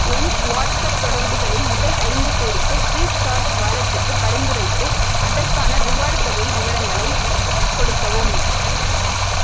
என் WhatsApp தொடர்புகளில் முதல் ஐந்து பேருக்கு ஃப்ரீ சார்ஜ் வாலெட்டுக்குப் பரிந்துரைத்து அதற்கான ரிவார்டு தொகை விவரங்களை கொடுக்கவும்